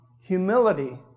Humility